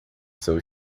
seu